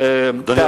אדוני,